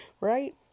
Right